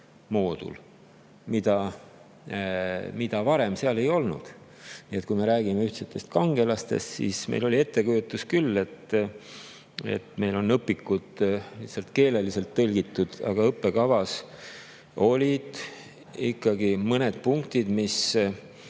moodul, mida varem seal ei olnud. Nii et kui me räägime ühistest kangelasest, siis meil oli ettekujutus, et meil on õpikud lihtsalt tõlgitud, aga õppekavas olid ikkagi mõned punktid, mis